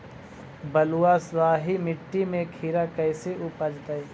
बालुसाहि मट्टी में खिरा कैसे उपजतै?